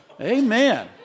Amen